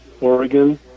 Oregon